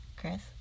Chris